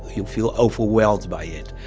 you feel overwhelmed by it.